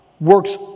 Works